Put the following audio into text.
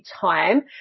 time